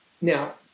Now